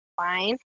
fine